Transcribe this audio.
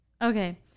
Okay